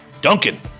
Duncan